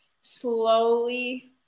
slowly